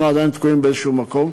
אנחנו עדיין תקועים באיזה מקום,